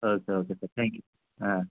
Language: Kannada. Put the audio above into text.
okay okay sir thank you ಹಾಂ